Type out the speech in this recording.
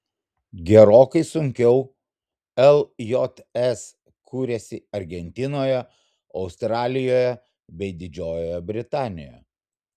gerokai sunkiau ljs kūrėsi argentinoje australijoje bei didžiojoje britanijoje